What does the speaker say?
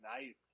Nice